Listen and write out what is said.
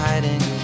Hiding